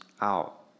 out